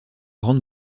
grande